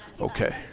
Okay